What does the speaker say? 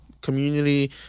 community